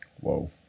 Whoa